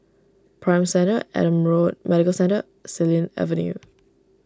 Prime Centre Adam Road Medical Centre Xilin Avenue